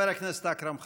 חבר הכנסת אכרם חסון,